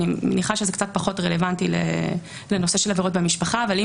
אני מניחה שזה קצת פחות רלוונטי לנושא של עבירות במשפחה אבל אם